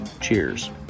cheers